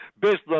Business